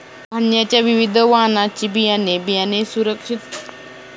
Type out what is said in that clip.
धान्याच्या विविध वाणाची बियाणे, बियाणे बँकेत सुरक्षित ठेवले जातात